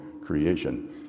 creation